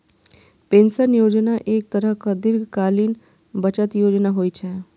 pension योजना एक तरहक दीर्घकालीन बचत योजना होइ छै